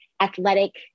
athletic